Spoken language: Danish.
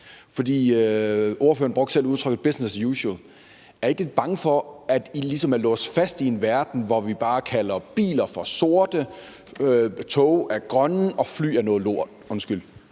for ordføreren brugte selv udtrykket business as usual. Er I ikke lidt bange for, at I ligesom er låst fast i en verden, hvor vi bare kalder biler sorte, tog grønne og fly noget lort – undskyld,